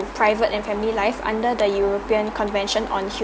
private and family life under the european convention on